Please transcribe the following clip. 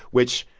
which,